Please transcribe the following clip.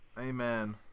Amen